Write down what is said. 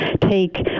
take